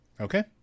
Okay